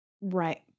Right